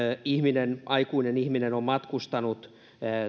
aikuinen ihminen on matkustanut